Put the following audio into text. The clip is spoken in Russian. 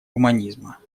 гуманизма